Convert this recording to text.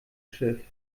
schiff